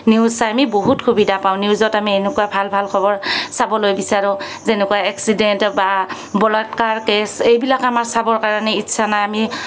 news চাই আমি বহুত সুবিধা পাওঁ নিউজত আমি এনেকুৱা ভাল ভাল খবৰ চাবলৈ বিচাৰোঁ যেনেকুৱা এক্সিডেণ্ট বা বলৎকাৰ কেছ এইবিলাক আমাৰ চাবৰ কাৰণে ইচ্ছা নাই আমি